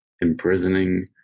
imprisoning